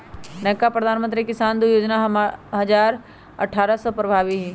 नयका प्रधानमंत्री किसान जोजना दू हजार अट्ठारह से प्रभाबी हइ